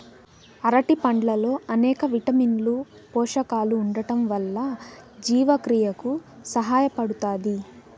అరటి పండ్లల్లో అనేక విటమిన్లు, పోషకాలు ఉండటం వల్ల జీవక్రియకు సహాయపడుతాది